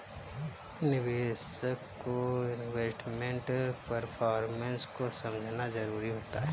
निवेशक को investment performance को समझना जरुरी होता है